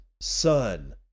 Sun